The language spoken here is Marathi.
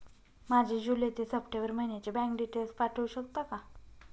माझे जुलै ते सप्टेंबर महिन्याचे बँक डिटेल्स पाठवू शकता का?